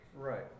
right